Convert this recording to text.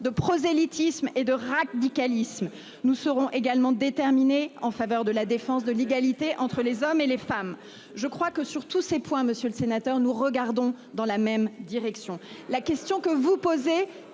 de prosélytisme et de radicalisme. Nous serons également déterminés à garantir la défense de l'égalité entre les hommes et les femmes. Je crois que, sur tous ces points, monsieur le sénateur, nous regardons dans la même direction. La question que vous posez